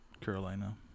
Carolina